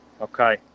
Okay